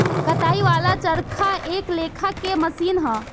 कताई वाला चरखा एक लेखा के मशीन ह